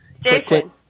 Jason